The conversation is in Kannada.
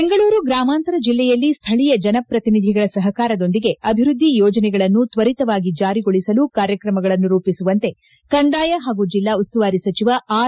ಬೆಂಗಳೂರು ಗ್ರಾಮಾಂತರ ಜಿಲ್ಲೆಯಲ್ಲಿ ಸ್ವಳೀಯ ಜನಪ್ರತಿನಿಧಿಗಳ ಸಹಕಾರದೊಂದಿಗೆ ಅಭಿವೃದ್ಧಿ ಯೋಜನಗಳನ್ನು ಕ್ವರಿತವಾಗಿ ಜಾರಿಗೊಳಿಸಲು ಕಾರ್ಯಕ್ರಮಗಳನ್ನು ರೂಪಿಸುವಂತೆ ಕಂದಾಯ ಪಾಗೂ ಜಿಲ್ಲಾ ಉಸ್ತುವಾರಿ ಸಚಿವ ಆರ್